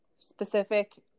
specific